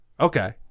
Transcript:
Okay